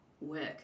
work